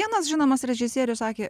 vienas žinomas režisierius sakė